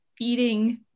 eating